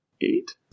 eight